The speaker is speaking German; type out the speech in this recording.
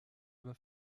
über